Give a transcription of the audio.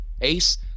Ace